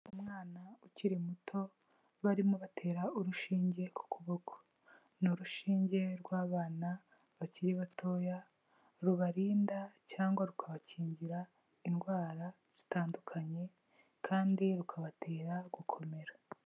Umwana ukiri muto barimo batera urushinge ku kuboko. Ni urushinge rw'abana bakiri batoya rubarinda cyangwa rukabakingira indwara zitandukanye kandi rukabatera gukomera.